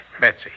Betsy